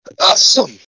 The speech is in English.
Awesome